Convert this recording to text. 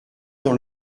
dans